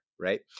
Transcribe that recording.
right